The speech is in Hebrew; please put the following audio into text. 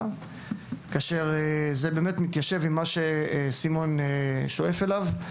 כאשר זה באמת מתיישב עם מה שסימון שואף אליו.